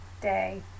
day